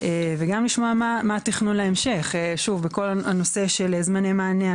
לשמוע מה התכנון להמשך בכל הנושא של זמני מענה,